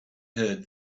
heard